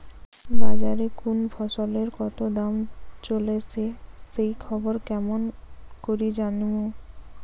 বাজারে কুন ফসলের কতো দাম চলেসে সেই খবর কেমন করি জানীমু?